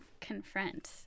confront